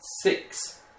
six